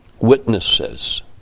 witnesses